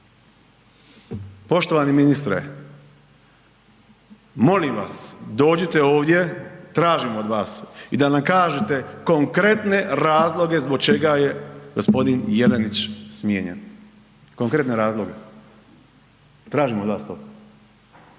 Poštovani ministre, molim vas dođite ovdje, tražim od vas i da nam kažete konkretne razloge zbog čega je g. Jelenić smijenjen, konkretne razloge, tražim od vas to.